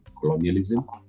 colonialism